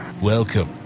Welcome